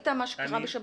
אתה ראית את מה שקרה בשבת?